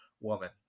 woman